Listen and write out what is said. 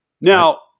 now